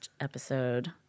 episode